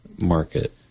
market